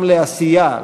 גם לעשייה.